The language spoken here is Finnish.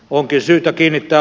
onkin syytä kiinnittää